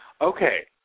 Okay